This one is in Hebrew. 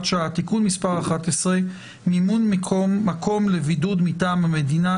שעה) (תיקון מס' 11) (מימון מקום לבידוד מטעם המדינה),